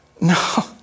no